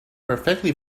perfectly